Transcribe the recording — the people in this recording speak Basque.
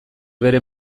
bere